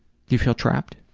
you feel trapped?